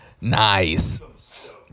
nice